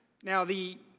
now the